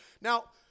Now